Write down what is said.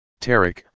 Tarek